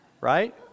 right